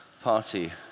party